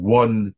one